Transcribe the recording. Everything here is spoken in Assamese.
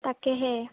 তাকেহে